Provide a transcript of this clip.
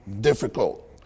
difficult